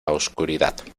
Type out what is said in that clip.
oscuridad